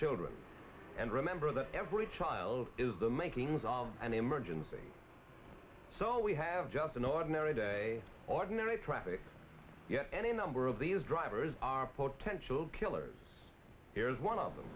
children and remember that every child is the makings of an emergency so we have just an ordinary day ordinary traffic any number of these drivers are potential killers here's one of them